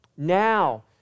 Now